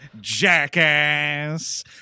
Jackass